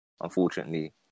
unfortunately